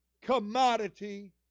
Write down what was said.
commodity